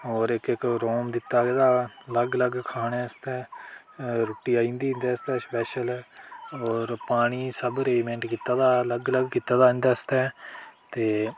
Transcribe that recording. होर इक इक रूम दित्ता गेदा अलग अलग खाने आस्तै रुट्टी आई जंदी इं'दे आस्तै स्पैशल होर पानी सब रेजमेंट कीता दा अलग अलग कीते दा इं'दे आस्तै ते